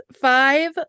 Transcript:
five